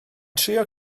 trio